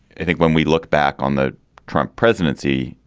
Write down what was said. i think when we look back on the trump presidency,